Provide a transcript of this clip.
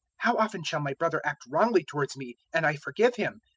how often shall my brother act wrongly towards me and i forgive him?